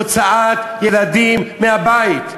הוצאת ילדים מהבית,